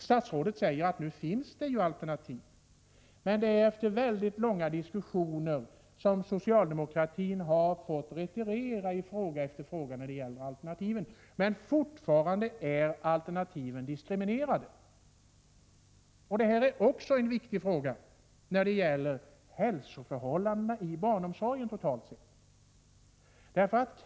Statsrådet säger att det nu finns alternativ, men jag vill understryka att det först är efter mycket långa diskussioner i fråga efter fråga som socialdemokraterna har fått retirera när det gäller alternativen och att alternativen fortfarande är diskriminerade. Detta är en viktig fråga för hälsoförhållandena inom barnomsorgen totalt sett.